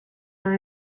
were